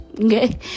Okay